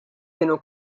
kienu